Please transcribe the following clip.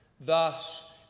Thus